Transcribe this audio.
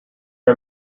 are